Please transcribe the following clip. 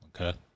Okay